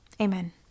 Amen